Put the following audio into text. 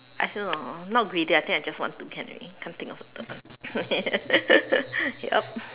I still don't know not greedy I think I just want to can already can't think of a term ya yup